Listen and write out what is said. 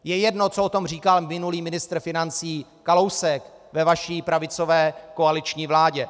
Je jedno, co o tom říkal minulý ministr financí Kalousek ve vaší pravicové koaliční vládě.